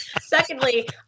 Secondly